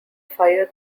fire